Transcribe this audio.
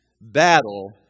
Battle